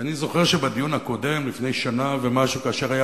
ואני זוכר שבדיון הקודם לפני שנה ומשהו כאשר היה